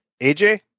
AJ